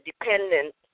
dependent